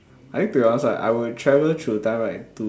I think to us right I will travel through time right to